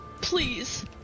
Please